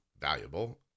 valuable